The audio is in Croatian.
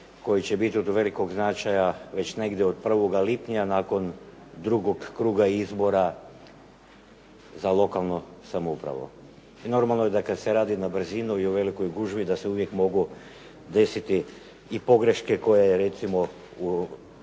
koji će biti od velikog značaja već negdje od 1. lipnja nakon drugog kruga izbora za lokalnu samoupravu. I normalno je da kad se radi na brzinu i u velikoj gužvi da se uvijek mogu desiti i pogreške koje recimo u